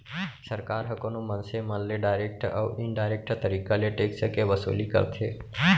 सरकार ह कोनो मनसे मन ले डारेक्ट अउ इनडारेक्ट तरीका ले टेक्स के वसूली करथे